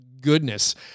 goodness